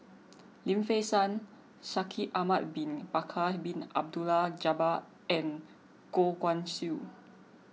Lim Fei Shen Shaikh Ahmad Bin Bakar Bin Abdullah Jabbar and Goh Guan Siew